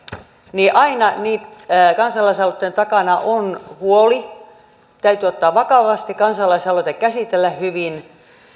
niin aina kansalaisaloitteen takana on huoli mikä täytyy ottaa vakavasti kansalaisaloite käsitellä hyvin